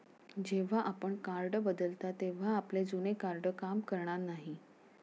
जेव्हा आपण कार्ड बदलता तेव्हा आपले जुने कार्ड काम करणार नाही